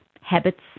habits